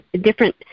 different